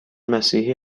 مسیحی